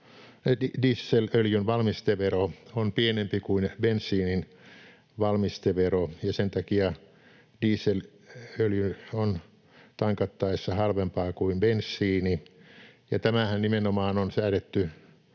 dieselöljyn valmistevero on pienempi kuin bensiinin valmistevero ja sen takia dieselöljy on tankattaessa halvempaa kuin bensiini. Ja tämähän nimenomaan on säädetty